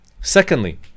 Secondly